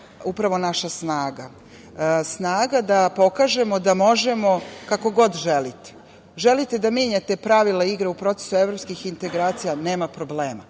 upravo naša snaga. Snaga da pokažemo da možemo kako god želite. Želite da menjate pravila igre u procesu evropskih integracija, nema problema,